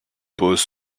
pose